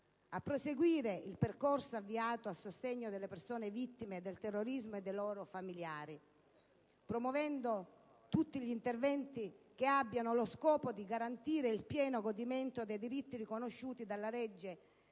a proseguire il percorso avviato a sostegno delle persone vittime del terrorismo e dei loro familiari, promuovendo tutti gli interventi che abbiano lo scopo di garantire il pieno godimento dei diritti riconosciuti dalla legge